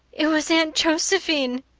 it was aunt josephine,